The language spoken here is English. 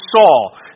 Saul